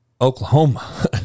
Oklahoma